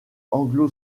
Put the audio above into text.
anglo